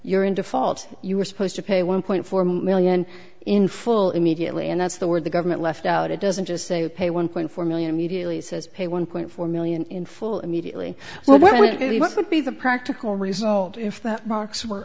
you're in default you were supposed to pay one point four million in full immediately and that's the word the government left out it doesn't just say pay one point four million mediately says pay one point four million in full immediately well that's the be the practical result if that